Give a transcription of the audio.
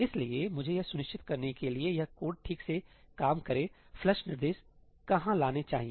इसलिए मुझे यह सुनिश्चित करने के लिए कि यह कोड ठीक से काम करें फ्लश निर्देश कहां लाने चाहिए